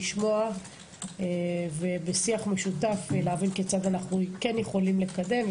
לשמוע ובשיח משותף להבין כיצד אנו כן יכולים לקדם.